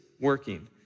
working